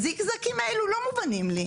הזיג זגים האלה לא מובנים לי.